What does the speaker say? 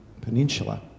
Peninsula